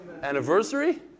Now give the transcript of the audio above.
Anniversary